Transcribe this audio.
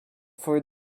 for